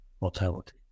mortality